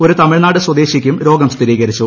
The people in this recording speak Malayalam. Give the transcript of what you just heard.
ഒരു തമിഴ്നാട് സ്വദേശിക്കും രോഗം സ്ഥിരീകരിച്ചു